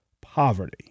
poverty